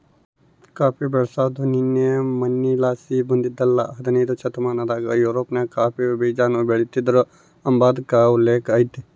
coffee ಬೆಳ್ಸಾದು ನಿನ್ನೆ ಮನ್ನೆಲಾಸಿ ಬಂದಿದ್ದಲ್ಲ ಹದನೈದ್ನೆ ಶತಮಾನದಾಗ ಯುರೋಪ್ನಾಗ ಕಾಫಿ ಬೀಜಾನ ಬೆಳಿತೀದ್ರು ಅಂಬಾದ್ಕ ಉಲ್ಲೇಕ ಐತೆ